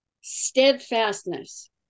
Steadfastness